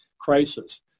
crisis